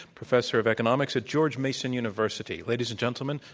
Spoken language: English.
professor of economics at george mason university. ladies and gentlemen,